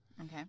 Okay